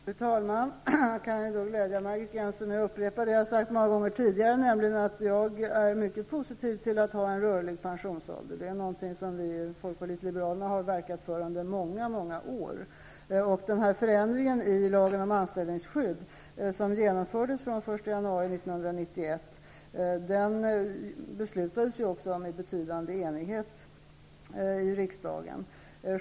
Fru talman! Då kan jag glädja Margit Gennser med att upprepa det jag har sagt många gånger tidigare, nämligen att jag är mycket positiv till att ha en rörlig pensionsålder. Det är någonting som vi i Folkpartiet liberalerna har verkat för under många år. Den här förändringen i lagen om anställningsskydd som genomfördes från den 1 januari 1991 beslutades ju också i betydande enighet i riksdagen.